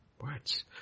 Words